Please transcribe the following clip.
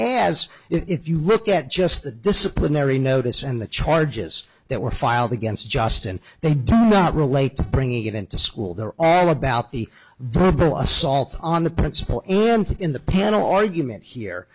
as if you look at just the disciplinary notice and the charges that were filed against justin they did not relate to bringing it in to school they're all about the verbal assault on the principal in the panel argument here